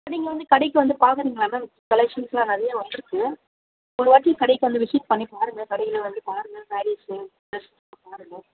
நீங்கள் வந்து கடைக்கு வந்து பார்க்குறீங்களா மேம் கலெக்சன்ஸெலாம் நிறையா வந்திருக்கு ஒரு வாட்டி கடைக்கு வந்து விசிட் பண்ணிப்பாருங்க கடையில் வந்து பாருங்க ஸேரீஸ்ஸு பெஸ்ட் பாருங்க